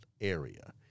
area